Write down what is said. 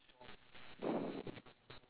eh there's a picture at the back what's that